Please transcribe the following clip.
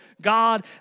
God